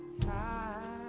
time